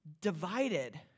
divided